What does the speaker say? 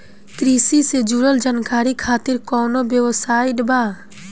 कृषि से जुड़ल जानकारी खातिर कोवन वेबसाइट बा?